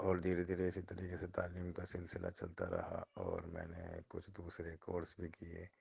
اور دھیرے دھیرے اسی طریقے سے تعلیم کا سلسلہ چلتا رہا اور میں نے کچھ دوسرے کورس بھی کیے